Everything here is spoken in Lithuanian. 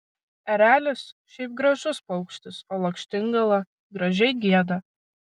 erelis šiaip gražus paukštis o lakštingala gražiai gieda